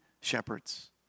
shepherds